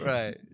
Right